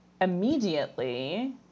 immediately